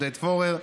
עודד פורר,